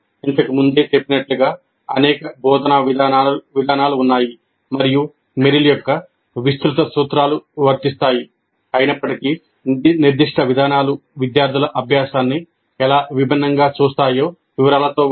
ఇంతకు ముందే చెప్పినట్లుగా అనేక బోధనా విధానాలు ఉన్నాయి మరియు మెరిల్ యొక్క విస్తృత సూత్రాలు వర్తిస్తాయి అయినప్పటికీ నిర్దిష్ట విధానాలు విద్యార్థుల అభ్యాసాన్ని ఎలా విభిన్నంగా చూస్తాయో వివరాలతో ఉంటాయి